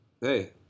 hey